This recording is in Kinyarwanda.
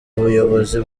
buyobozi